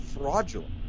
fraudulent